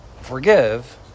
Forgive